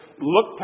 Look